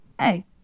hey